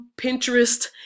Pinterest